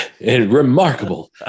Remarkable